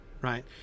right